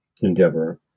endeavor